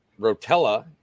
rotella